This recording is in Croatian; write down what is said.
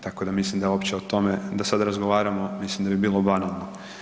Tako da mislim da uopće o tome da sad razgovaramo mislim da bi bilo banalno.